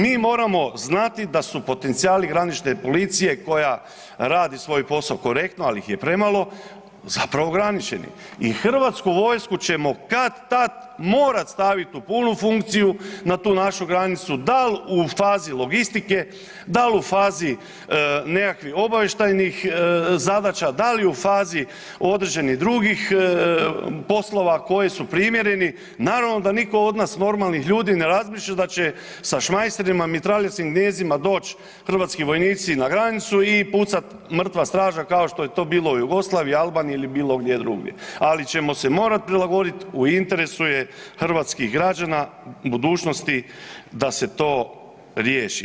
Mi moramo znati da su potencijali granične policije koja radi svoj posao korektno, al' ih je premalo, zapravo ograničeni, i Hrvatsku vojsku ćemo kad-tad morat stavit u punu funkciju n atu našu granicu, dal' u fazi logistike, dal' u fazi nekakvih obavještajnih zadaća, da li u fazi određenih drugih poslova koji su primjereni, naravno da nitko od nas normalnih ljudi ne razmišlja da će sa šmajserima, mitraljeskim gnijezdima doć' hrvatski vojnici na granicu i pucat, mrtva straža kao što je to bilo u Jugoslaviji, Albaniji ili bilo gdje drugdje, ali ćemo se morat prilagodit, u interesu je hrvatskih građana, budućnosti da se to riješi.